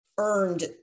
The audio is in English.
earned